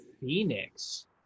Phoenix